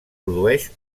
produeix